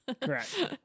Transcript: Correct